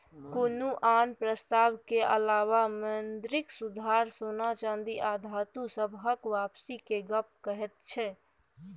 कुनु आन प्रस्ताव के अलावा मौद्रिक सुधार सोना चांदी आ धातु सबहक वापसी के गप कहैत छै